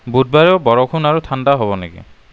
বুধবাৰেও বৰষুণ আৰু ঠাণ্ডা হ'ব নেকি